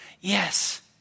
yes